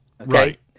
Right